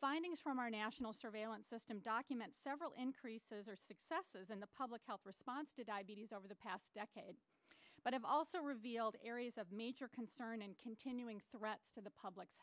findings from our national surveillance system document several increases or successes in the public health response to diabetes over the past decade but have also revealed areas of major concern and continuing threats to the public's